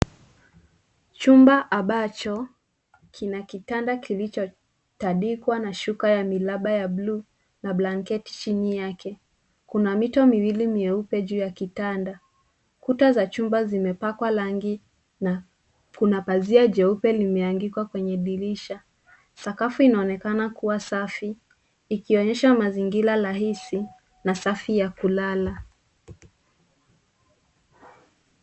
Chumba ambacho, kina kitanda kilichotandikwa na shuka ya miraba ya bluu na blanketi chini yake. Kuna mito miwili myeupe juu ya kitanda. Kuta za chumba zimepakwa rangi na kuna pazia jeupe limehangikwa kwenye dirisha. Sakafu inaonekana kuwa safi ikionyesha mazingira rahisi na safi ya kulala.